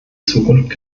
zukunft